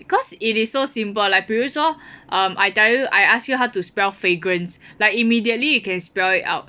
because it is so simple like 比如说 um I tell you I ask you how to spell fragrance like immediately you can spell it out